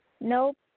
Nope